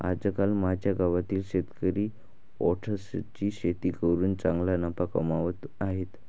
आजकाल माझ्या गावातील शेतकरी ओट्सची शेती करून चांगला नफा कमावत आहेत